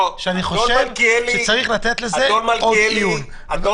ברגע שיש גנים וכיתות עד ד', אנחנו